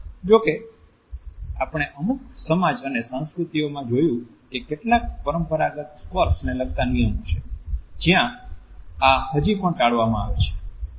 જો કે આપણે અમુક સમાજ અને સંસ્કૃતિઓમાં જોયું કે કેટલાક પરંપરાગત સ્પર્શ ને લગતા નિયમો છે જ્યા આ હજી પણ ટાળવામાં આવે છે